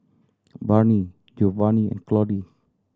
Barney Jovanni Claudie